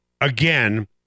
again